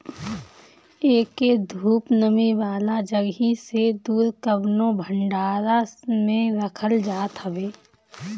एके धूप, नमी वाला जगही से दूर कवनो भंडारा में रखल जात हवे